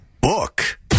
book